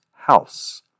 house